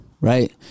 Right